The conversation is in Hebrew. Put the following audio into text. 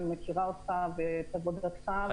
אני מכירה אותך ואת עבודתך, ורציתי להודות לך.